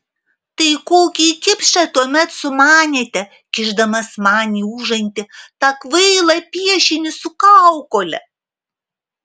tai kokį kipšą tuomet sumanėte kišdamas man į užantį tą kvailą piešinį su kaukole